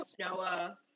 Noah